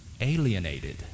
alienated